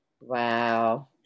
Wow